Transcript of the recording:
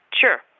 sure